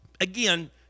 Again